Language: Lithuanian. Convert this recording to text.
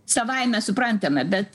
savaime suprantama bet